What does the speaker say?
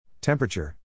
Temperature